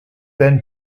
then